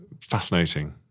fascinating